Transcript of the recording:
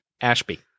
Ashby